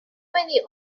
many